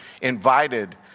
invited